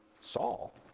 Saul